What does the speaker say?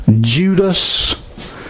Judas